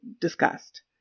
discussed